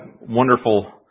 wonderful